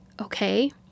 Okay